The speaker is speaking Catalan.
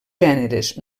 gèneres